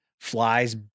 flies